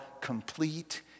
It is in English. complete